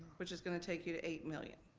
which is gonna take you to eight million